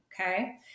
Okay